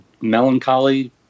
melancholy